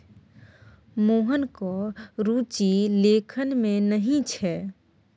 मोहनक रुचि लेखन मे नहि छै